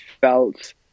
felt